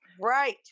Right